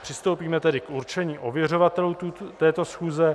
Přistoupíme tedy k určení ověřovatelů této schůze.